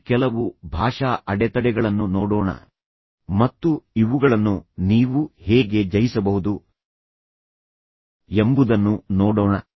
ಇನ್ನೂ ಕೆಲವು ಭಾಷಾ ಅಡೆತಡೆಗಳನ್ನು ನೋಡೋಣ ಮತ್ತು ಇವುಗಳನ್ನು ನೀವು ಹೇಗೆ ಜಯಿಸಬಹುದು ಎಂಬುದನ್ನು ನೋಡೋಣ